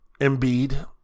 Embiid